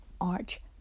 arch